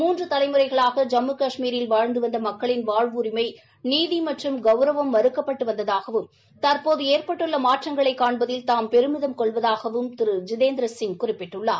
மூன்று தலைமுறைகளாக ஜம்மு கஷ்மீரில் வாழ்ந்து வந்த மக்களின் வாழ்வுரிமை நீதி மற்றும் கௌரவம் மறுக்கப்பட்டு வந்ததாகவும் தற்போது ஏற்பட்டுள்ள மாற்றங்களை காண்பதில் தாம் பெருமிதம் கொள்வதாகவும் திரு ஜிதேந்திரசிங் குறிப்பிட்டார்